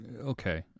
okay